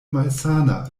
malsana